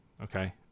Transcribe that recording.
okay